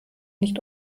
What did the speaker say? nicht